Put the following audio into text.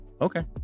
Okay